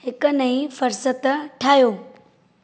हिकु नईं फ़हिरिस्त ठाहियो